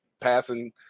passing –